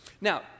now